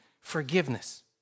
forgiveness